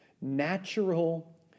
natural